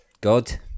God